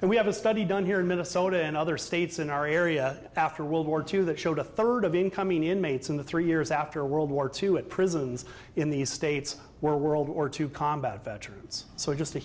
and we have a study done here in minnesota and other states in our area after world war two that showed a third of incoming inmates in the three years after world war two at prisons in these states were world war two combat veterans so just a